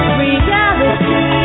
reality